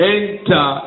enter